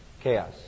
Chaos